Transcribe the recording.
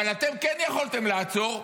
אבל אתם כן יכולתם לעצור.